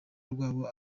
rwabo